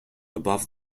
above